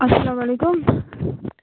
اَسلام علیکُم